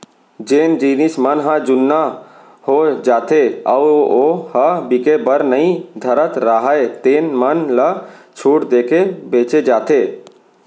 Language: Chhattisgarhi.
जेन जिनस मन ह जुन्ना हो जाथे अउ ओ ह बिके बर नइ धरत राहय तेन मन ल छूट देके बेचे जाथे